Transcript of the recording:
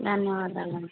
ధన్యవాదాలండీ